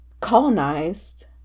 colonized